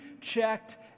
checked